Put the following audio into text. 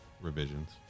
revisions